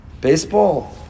Baseball